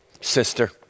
sister